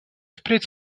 впредь